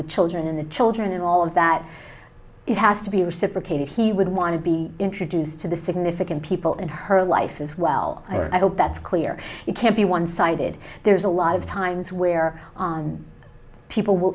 with children and the children and all of that it has to be reciprocated he would want to be introduced to the significant people in her life as well i hope that's clear you can't be one sided there's a lot of times where on people will